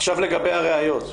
עכשיו לגבי הראיות.